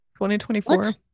2024